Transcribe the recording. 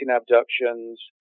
abductions